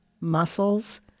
muscles